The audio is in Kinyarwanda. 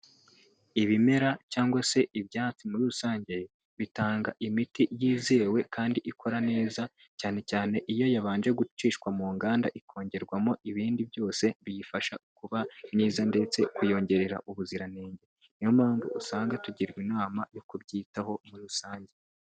Ibimera cyangwa se ibyatsi muri rusange bitanga imiti yizewe kandi ikora neza cyane cyane iyo yabanje gucishwa mu nganda ikongerwamo ibindi byose biyifasha kuba myiza ndetse kuyongerera ubuziranenge, niyo mpamvu usanga tugirwa inama yo kubyitaho muri rusange.